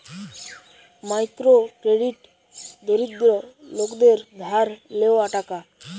micro credit দরিদ্র লোকদের ধার লেওয়া টাকা